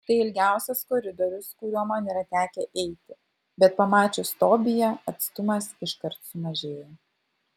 tai ilgiausias koridorius kuriuo man yra tekę eiti bet pamačius tobiją atstumas iškart sumažėja